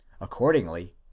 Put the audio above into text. Accordingly